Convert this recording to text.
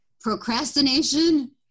procrastination